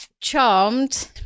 Charmed